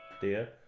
dear